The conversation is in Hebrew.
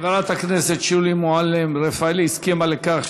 חברת הכנסת שולי מועלם-רפאלי הסכימה לכך.